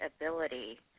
ability